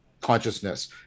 consciousness